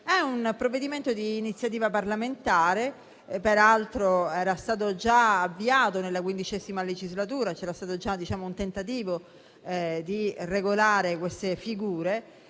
È un provvedimento di iniziativa parlamentare, peraltro era stato già avviato nella XV legislatura, quando c'era stato il primo tentativo di regolare queste figure